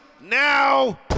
now